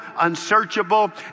unsearchable